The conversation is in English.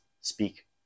speak